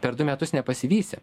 per du metus nepasivysi